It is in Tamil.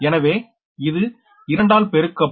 எனவே இது 2 ஆல் பெருக்கப்படும்